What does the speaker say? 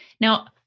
Now